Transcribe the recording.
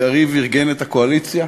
ויריב ארגן את הקואליציה,